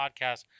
Podcast